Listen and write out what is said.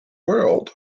world